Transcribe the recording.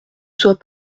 soit